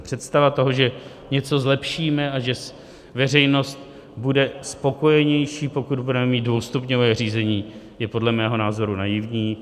Představa toho, že něco zlepšíme a že veřejnost bude spokojenější, pokud budeme mít dvoustupňové řízení, je podle mého názoru naivní.